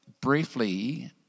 briefly